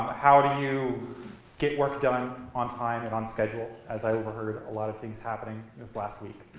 how do you get work done on time and on schedule, as i overheard a lot of things happening this last week.